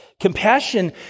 Compassion